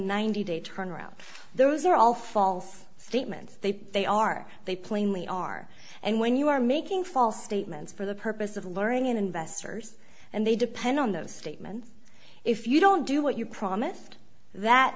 ninety day turnaround those are all false statements they they are they plainly are and when you are making false statements for the purpose of learning in investors and they depend on those statements if you don't do what you promised that